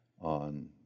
on